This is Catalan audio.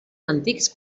antics